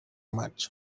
maig